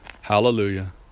Hallelujah